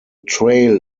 trail